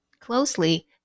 closely